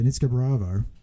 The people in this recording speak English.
Bravo